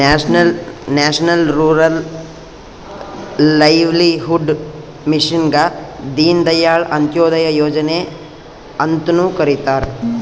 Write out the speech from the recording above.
national rural livelihood ಮಿಷನ್ಗ ದೀನ್ ದಯಾಳ್ ಅಂತ್ಯೋದಯ ಯೋಜನೆ ಅಂತ್ನು ಕರಿತಾರ